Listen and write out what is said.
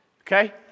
Okay